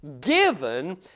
given